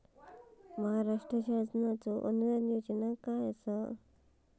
महाराष्ट्र शासनाचो अनुदान योजना काय आसत?